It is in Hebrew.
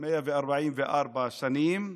144 שנים.